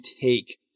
take